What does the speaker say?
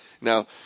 Now